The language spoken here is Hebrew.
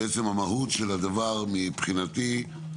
מבחינתי,